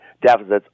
deficits